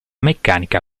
meccanica